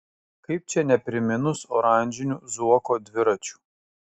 kaip čia nepriminus oranžinių zuoko dviračių